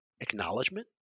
acknowledgement